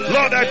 Lord